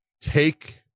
take